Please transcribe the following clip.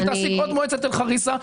היא תעסיק עוד מועצת אל חריסה,